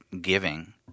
giving